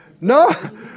No